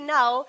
now